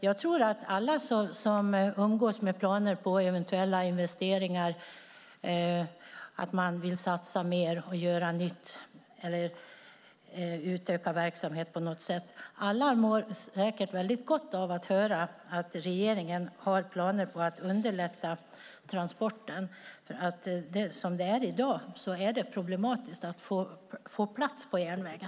Jag tror att alla som umgås med planer på eventuella investeringar, som vill satsa mer, göra nytt eller utöka verksamhet på något sätt säkert mår väldigt gott av att höra att regeringen har planer på att underlätta transporten, för som det är i dag är det problematiskt att få plats på järnvägen.